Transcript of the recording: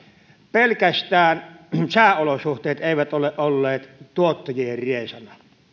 pelkästään sääolosuhteet eivät ole olleet tuottajien riesana